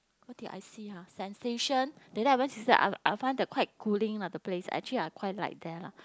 what did I see ah sensation I I find the quite cooling lah the place actually I quite like there lah